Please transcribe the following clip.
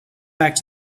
back